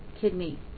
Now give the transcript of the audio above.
kidney